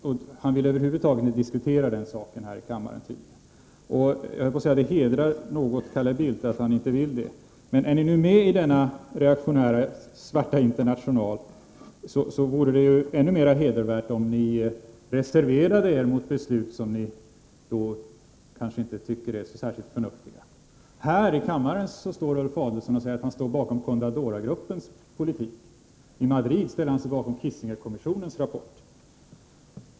Han vill tydligen över huvud taget inte diskutera den saken här i kammaren. Det hedrar något Carl Bildt att han inte vill det, höll jag på att säga. Men är ni nu medi denna reaktionära, svarta international, så vore det ju ännu mera hedervärt om ni reserverade er mot beslut som ni kanske inte tycker är så särskilt förnuftiga. Här i kammaren säger Ulf Adelsohn att han står bakom Contadoragruppens politik. I Madrid ställde han sig bakom Kissingerkommissionens rapport.